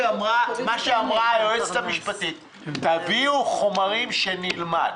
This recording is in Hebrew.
היועצת המשפטית אמרה: תביאו חומרים שנלמד,